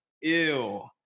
ew